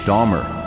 Dahmer